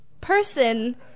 person